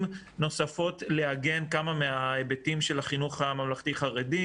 נוספות לעגן כמה מן ההיבטים של החינוך הממלכתי-חרדי.